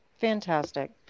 Fantastic